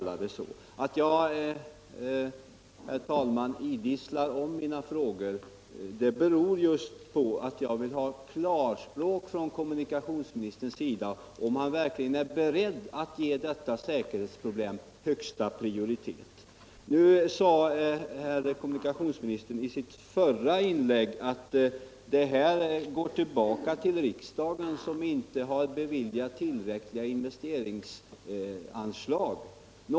Nr 76 Att jag, herr talman, idisslar mina frågor om igen beror just på att jag vill Torsdagen den höra klarspråk från kommunikationsministern — om han verkligen är beredd 9 februari 1978 att ge detta säkerhetsproblem högsta prioritet. | I sitt förra inlägg sade kommunikationsministern att bristen på radiout Om tidpunkten rustning går tillbaka på riksdagen, som inte har beviljat tillräckliga investeringsanslag.